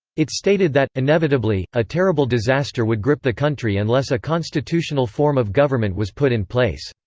it stated that, inevitably, a terrible disaster would grip the country unless a constitutional form of government was put in place.